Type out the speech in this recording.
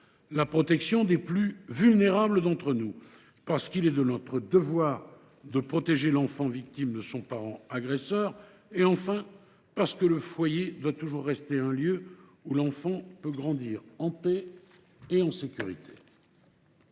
la protection des plus vulnérables d’entre nous, parce qu’il est de notre devoir de protéger l’enfant victime de son parent agresseur, et, enfin, parce que le foyer doit toujours rester un lieu où l’enfant peut grandir en paix et en sécurité.